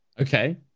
Okay